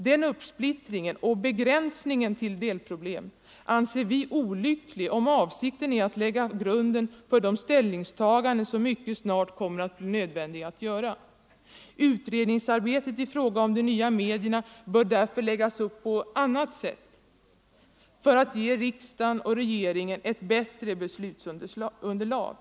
Den uppsplittringen och begränsningen till delproblem anser vi olycklig om avsikten är att lägga grunden för de ställningstaganden som mycket snart kommer att bli nödvändiga att göra. Utredningsarbetet i fråga om de nya medierna bör därför läggas upp på annat sätt för att ge riksdagen och regeringen ett bättre beslutsunderlag.